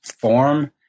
form